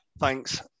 Thanks